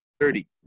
Thirty